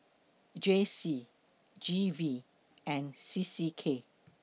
J C G V and C C K